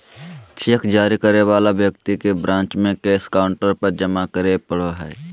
cheque जारी करे वाला व्यक्ति के ब्रांच में कैश काउंटर पर जमा करे पड़ो हइ